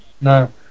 No